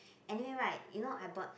anyway right you know I bought